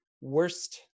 worst